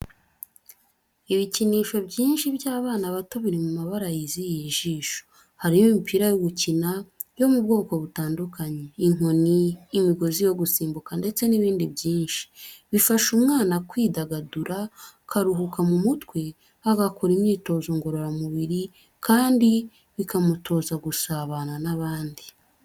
Ibikinisho byinshi by'abana bato biri mu mabara yizihiye ijisho. Harimo imipira yo gukina yo mu bwoko butandukanye, inkoni, imigozi yo gusimbuka ndetse n'ibindi byinshi. Bifasha umwana kwidagadura, akaruhuka mu mutwe, agakora imyitozo ngororamubiri kandi bikamutoza gusabana n'abandi.